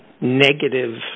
negative